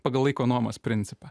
pagal laiko nuomos principą